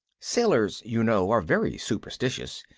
sailors, you know, are very superstitious,